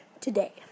today